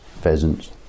pheasants